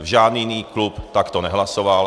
Žádný jiný klub takto nehlasoval.